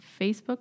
Facebook